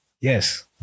Yes